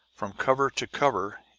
from cover to cover,